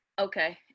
Okay